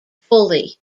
fully